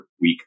week